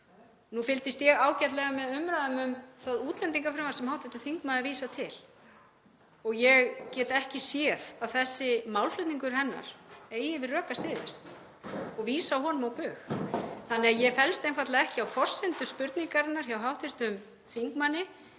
Nú fylgdist ég ágætlega með umræðum um það útlendingafrumvarp sem hv. þingmaður vísar til og ég get ekki séð að þessi málflutningur hennar eigi við rök að styðjast og vísa honum á bug. Þannig að ég fellst einfaldlega ekki á forsendur spurningarinnar hjá hv. þingmanni